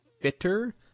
fitter